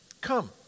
Come